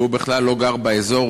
והוא בכלל לא גר באזור,